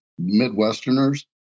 Midwesterners